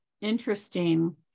interesting